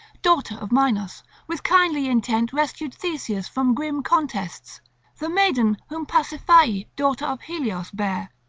daughter of minos, with kindly intent rescued theseus from grim contests the maiden whom pasiphae daughter of helios bare.